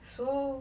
so